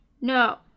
No